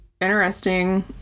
interesting